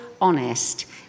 honest